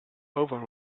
over